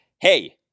Hey